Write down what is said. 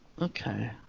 Okay